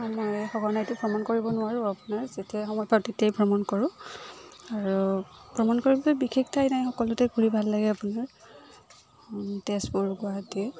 আমি সঘনাইতো ভ্ৰমণ কৰিব নোৱাৰোঁ আপোনাৰ যেতিয়া সময় পাওঁ তেতিয়াই ভ্ৰমণ কৰোঁ আৰু ভ্ৰমণ কৰিবলৈ বিশেষ ঠাই নাই সকলোতে ঘূৰি ভাল লাগে আপোনাৰ তেজপুৰ গুৱাহাটীয়ে